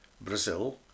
Brazil